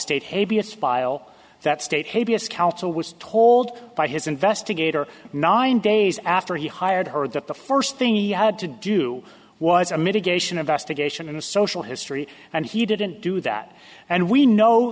state habeas file that state habeas counsel was told by his investigator nine days after he hired her that the first thing he had to do was a mitigation investigation in the social history and he didn't do that and we know